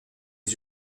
les